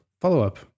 Follow-up